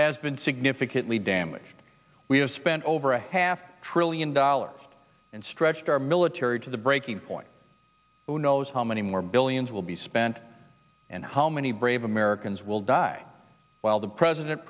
has been significantly damaged we have spent over a half trillion dollars and stretched our military to the breaking point who knows how many more billions will be spent and how many brave americans will die while the president